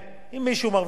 5,000 שקל